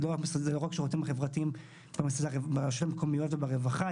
זה לא רק שירותים חברתיים ברשויות המקומיות וברווחה.